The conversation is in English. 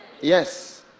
Yes